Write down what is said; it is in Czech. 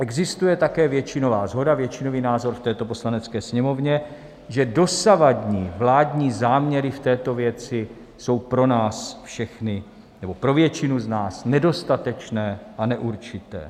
Existuje také většinová shoda, většinový názor v této Poslanecké sněmovně, že dosavadní vládní záměry v této věci jsou pro nás všechny, nebo pro většinu z nás, nedostatečné a neurčité.